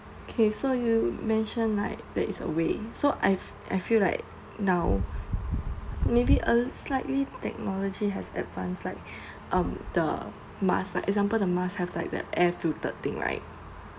okay so you mentioned like there is a way so I've I feel right now maybe uh slightly technology has advanced like um the masks like example the masks have like the air filter thing right